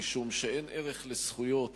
משום שאין ערך לזכויות